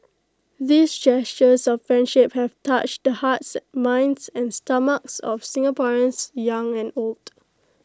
these gestures of friendship have touched the hearts minds and stomachs of Singaporeans young and old